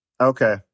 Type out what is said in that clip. Okay